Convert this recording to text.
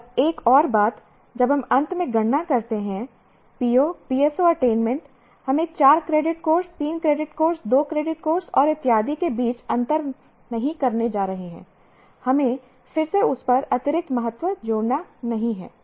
और एक और बात जब हम अंत में गणना करना चाहते हैं PO PSO अटेनमेंट हम एक चार credit course 3 credit course 2 credit course और इत्यादि के बीच अंतर नहीं करने जा रहे हैं हमें फिर से उस पर अतिरिक्त महत्व जोड़ना नहीं है